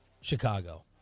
Chicago